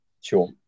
Sure